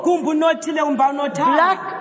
black